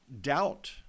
doubt